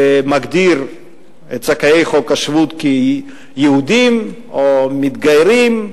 מגדיר את זכאי חוק השבות כיהודים או מתגיירים,